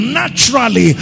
naturally